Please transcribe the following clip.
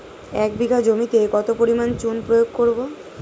এক বিঘা জমিতে কত পরিমাণ চুন প্রয়োগ করব?